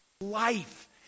life